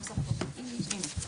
סמנכ"ל "גבינות הכפר", יבנה.